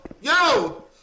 Yo